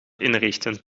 inrichten